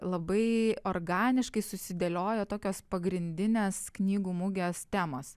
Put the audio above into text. labai organiškai susidėliojo tokios pagrindinės knygų mugės temos